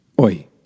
oi